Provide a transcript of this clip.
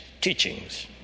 teachings